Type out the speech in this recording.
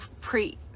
pre